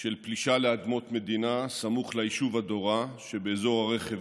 של פלישה לאדמות מדינה סמוך ליישוב אדורה שבאזור הרי חברון,